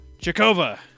Chakova